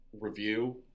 review